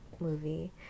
movie